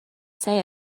say